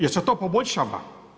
Jel' se to poboljšava?